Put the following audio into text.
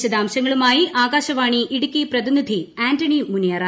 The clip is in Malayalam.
വിശദാംശങ്ങളുമായി ആകാശവാണി ഇടുക്കി പ്രതിനിധി ആന്റണി മുനിയറ